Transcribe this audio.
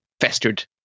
festered